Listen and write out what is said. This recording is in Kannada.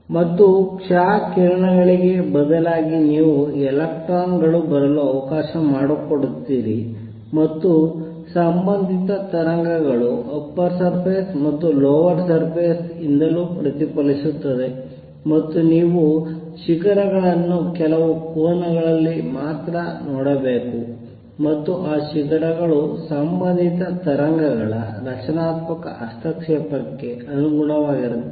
ಮತ್ತು ಕ್ಷ ಕಿರಣಗಳಿಗೆ ಬದಲಾಗಿ ನೀವು ಎಲೆಕ್ಟ್ರಾನ್ ಗಳು ಬರಲು ಅವಕಾಶ ಮಾಡಿಕೊಡುತ್ತೀರಿ ಮತ್ತು ಸಂಬಂಧಿತ ತರಂಗಗಳು ಅಪ್ಪರ್ ಸರ್ಫೇಸ್ ಮತ್ತು ಲೋಯರ್ ಸರ್ಫೇಸ್ ಯಿಂದಲೂ ಪ್ರತಿಫಲಿಸುತ್ತದೆ ಮತ್ತು ನೀವು ಶಿಖರಗಳನ್ನು ಕೆಲವು ಕೋನಗಳಲ್ಲಿ ಮಾತ್ರ ನೋಡಬೇಕು ಮತ್ತು ಆ ಶಿಖರಗಳು ಸಂಬಂಧಿತ ತರಂಗಗಳ ರಚನಾತ್ಮಕ ಹಸ್ತಕ್ಷೇಪಕ್ಕೆ ಅನುಗುಣವಾಗಿರುತ್ತವೆ